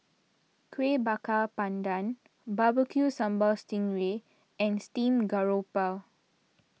Kuih Bakar Pandan BBQ Sambal Sting Ray and Steamed Garoupa